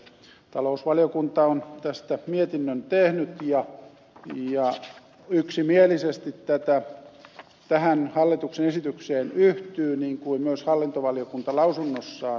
talousvaliokunta on tästä mietinnön tehnyt ja yksimielisesti tähän hallituksen esitykseen yhtyy niin kuin myös hallintovaliokunta lausunnossaan